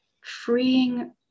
freeing